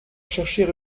chercher